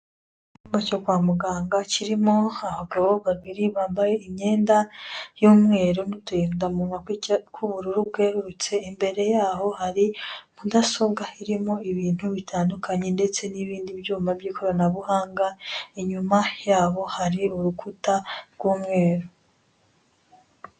Icyumba cyo Kwa muganga kirimo abagabo babiri, bambaye imyenda y'umweru n'uturindamunwa tw'ubururu bwerurutse, imbere yaho hari mudasobwa irimo ibintu bitandukanye, ndetse n'ibindi byuma by'ikoranabuhanga. Inyuma yabo hari urukuta rw'umweru.